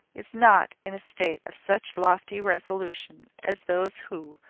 is not in a state of such lofty resolution as those who,